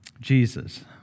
Jesus